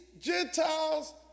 Gentiles